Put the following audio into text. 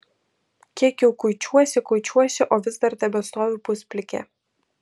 kiek jau kuičiuosi kuičiuosi o vis dar tebestoviu pusplikė